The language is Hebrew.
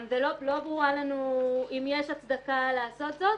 ולא ברור לנו אם יש הצדקה לעשות זאת,